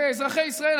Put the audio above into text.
ואזרחי ישראל,